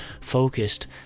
focused